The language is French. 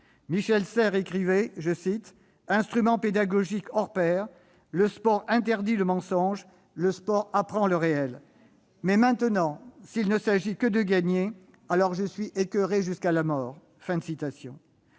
Michel Serres écrivait :« Instrument pédagogique hors pair, le sport interdit le mensonge, le sport apprend le réel. Mais maintenant, s'il ne s'agit que de gagner, alors je suis écoeuré jusqu'à la mort. »